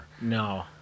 No